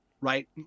right